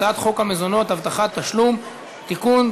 הצעת חוק המזונות (הבטחת תשלום) (תיקון,